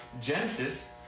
Genesis